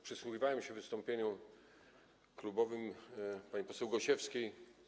Przysłuchiwałem się wystąpieniu klubowemu pani poseł Gosiewskiej.